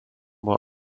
were